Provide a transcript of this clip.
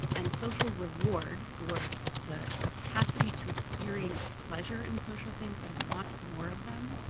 and social reward or the capacity to experience pleasure in social things and want more of them.